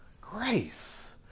Grace